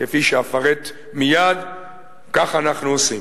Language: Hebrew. כפי שאפרט מייד, כך אנחנו עושים.